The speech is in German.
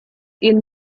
ihn